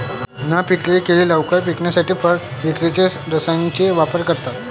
न पिकलेली केळी लवकर पिकवण्यासाठी फळ विक्रेते रसायनांचा वापर करतात